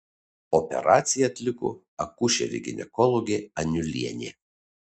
operaciją atliko akušerė ginekologė aniulienė